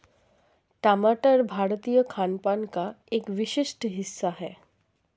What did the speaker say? टमाटर भारतीय खानपान का एक विशिष्ट हिस्सा है